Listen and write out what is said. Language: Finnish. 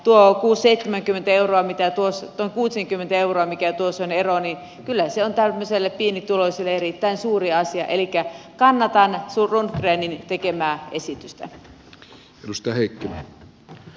tuo kuutisenkymmentä euroa mikä tuossa on ero kyllä on tämmöisille pienituloisille erittäin suuri asia elikkä kannatan rundgrenin tekemää esitystä